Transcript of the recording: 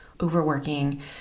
overworking